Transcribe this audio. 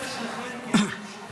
אני מדבר אל שניכם כי אתם שותפים.